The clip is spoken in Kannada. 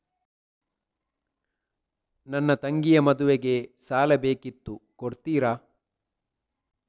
ನನ್ನ ತಂಗಿಯ ಮದ್ವೆಗೆ ಸಾಲ ಬೇಕಿತ್ತು ಕೊಡ್ತೀರಾ?